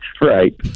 Right